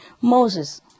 Moses